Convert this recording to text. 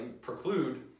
preclude